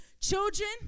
children